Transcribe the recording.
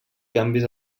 canvis